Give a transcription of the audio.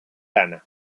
lana